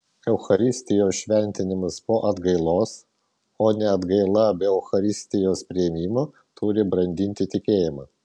eucharistijos šventimas po atgailos o ne atgaila be eucharistijos priėmimo turi brandinti tikėjimą